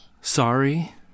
Sorry